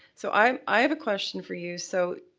so i um i have a question for you. so,